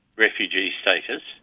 refugee status,